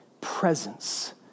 presence